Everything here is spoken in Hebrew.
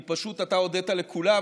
אתה הודית לכולם,